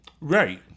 right